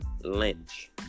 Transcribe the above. Lynch